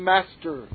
Master